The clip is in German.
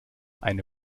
eine